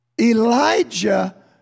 Elijah